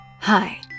Hi